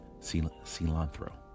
Cilantro